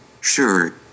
Sure